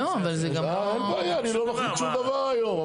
אין בעיה, אני לא מחליט שום דבר היום.